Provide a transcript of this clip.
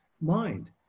mind